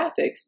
graphics